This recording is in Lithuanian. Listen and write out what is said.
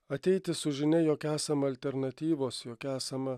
ateiti su žinia jog esama alternatyvos jog esama